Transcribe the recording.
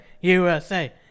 USA